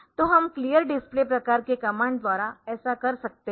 तो हम clear display प्रकार के कमांड द्वारा ऐसा कर सकते है